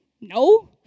No